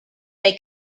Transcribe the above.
they